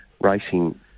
racing